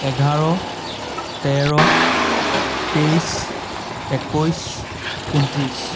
এঘাৰ তেৰ তেইছ একৈছ ঊনত্ৰিছ